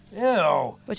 Ew